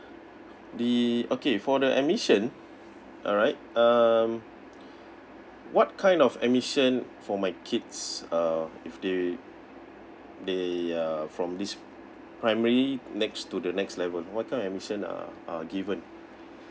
the okay for the admission alright um what kind of admission for my kids uh if they they are from this primary next to the next level what kind of admission are given